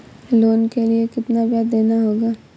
Loan के लिए कितना ब्याज देना होगा?